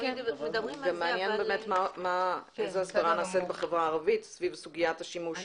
זה מעניין איזו הסברה נעשית בחברה הערבית סביב סוגיית השימוש בשקיות?